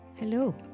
Hello